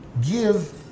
give